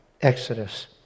Exodus